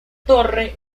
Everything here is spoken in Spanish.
torre